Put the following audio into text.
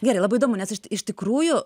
gerai labai įdomu nes iš tikrųjų